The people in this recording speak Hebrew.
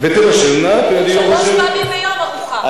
ותבשלנה שלוש פעמים ביום ארוחה.